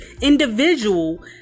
individual